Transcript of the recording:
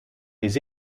les